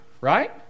right